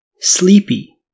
Sleepy